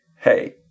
hey